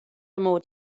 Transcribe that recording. mod